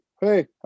Hey